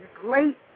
great